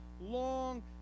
long